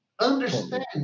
understand